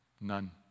None